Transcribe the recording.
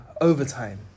overtime